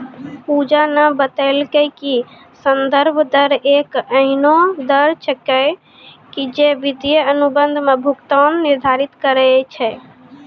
पूजा न बतेलकै कि संदर्भ दर एक एहनो दर छेकियै जे वित्तीय अनुबंध म भुगतान निर्धारित करय छै